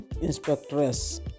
Inspectress